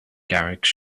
garrix